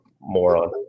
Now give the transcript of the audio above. Moron